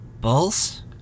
Bulls